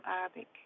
Arabic